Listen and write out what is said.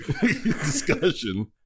discussion